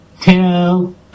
tell